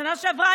בשנה שעברה,